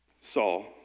Saul